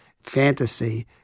fantasy